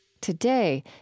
Today